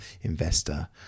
investor